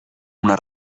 una